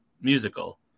musical